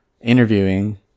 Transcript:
interviewing